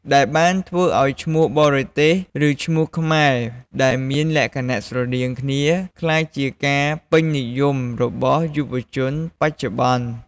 ដែលបានធ្វើឲ្យឈ្មោះបរទេស ឬឈ្មោះខ្មែរដែលមានលក្ខណៈស្រដៀងគ្នា ក្លាយជាការពេញនិយមរបស់យុវជនបច្ចុប្បន្ន។